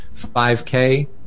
5K